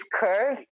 curve